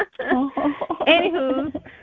Anywho